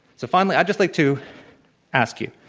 so finally i'd just like to ask you,